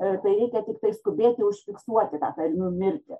tai reikia tiktai skubėti užfiksuoti tą tarmių mirtį